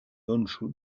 honshū